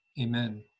Amen